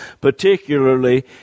Particularly